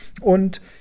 Und